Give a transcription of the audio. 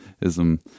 ism